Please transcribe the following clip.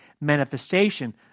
manifestation